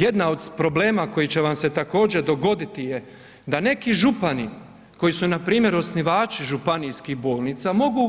Jedan od problema koji će vam se također dogoditi je da neki župani koji su na primjer osnivači županijskih bolnica mogu